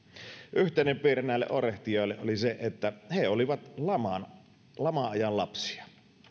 yhteinen piirre näille oirehtijoille oli se että he olivat lama lama ajan lapsia